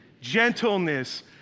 gentleness